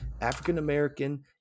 African-American